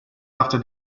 after